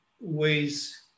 ways